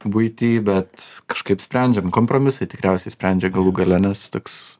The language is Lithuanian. buity bet kažkaip sprendžiam kompromisai tikriausiai sprendžia galų gale nes toks